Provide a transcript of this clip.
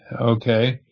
okay